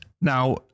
Now